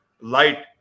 light